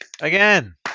again